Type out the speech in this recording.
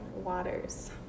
waters